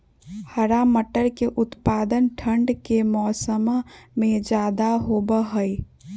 हरा मटर के उत्पादन ठंढ़ के मौसम्मा में ज्यादा होबा हई